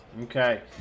Okay